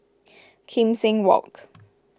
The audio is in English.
Kim Seng Walk